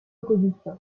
opposition